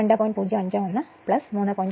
051 3